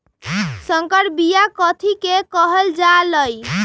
संकर बिया कथि के कहल जा लई?